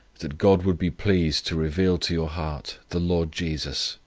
that god would be pleased to reveal to your heart the lord jesus,